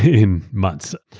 in months.